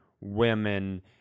women